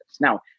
Now